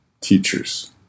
teachers